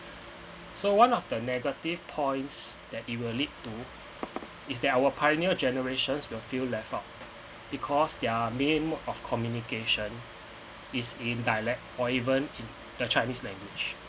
so one of the negative points that you will lead to is that our pioneer generations will feel left out because they're main of communication is in dialect or even in the chinese language